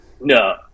No